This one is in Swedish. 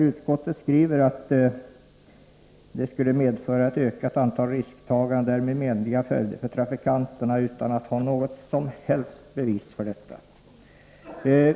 Utskottet skriver att det skulle medföra ett ökat antal risktaganden och därmed menliga följder för trafikanterna, utan att utskottet har något som helst bevis för detta.